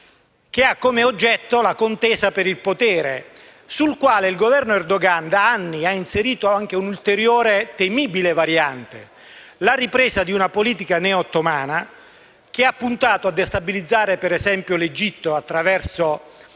che ha come oggetto la contesa per il potere, sul quale il Governo Erdogan da anni ha inserito anche una ulteriore temibile variante: la ripresa di una politica neo-ottomana che ha puntato, ad esempio, a destabilizzare l'Egitto attraverso